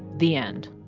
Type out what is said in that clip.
the end